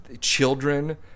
children